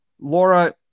Laura